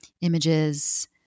images